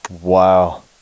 Wow